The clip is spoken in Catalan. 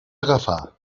agafar